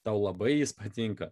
tau labai patinka